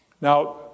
Now